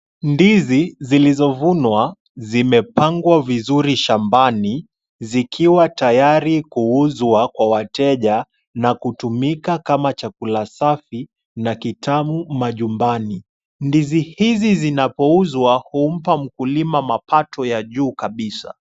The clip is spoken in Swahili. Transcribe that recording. Ndizi zilizovunwa zimepangwa vizuri shambani zikiwa tayari kuuzwa kwa wateja na kutumika kama chakula safi na kitamu majumbani. Ndizi hizi zinapouzwa humpa mkulima mapato ya juu kabisa.